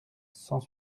cent